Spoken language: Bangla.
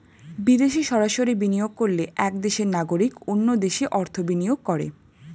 বিদেশে সরাসরি বিনিয়োগ করলে এক দেশের নাগরিক অন্য দেশে অর্থ বিনিয়োগ করে